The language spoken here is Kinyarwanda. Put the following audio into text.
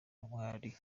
n’umwari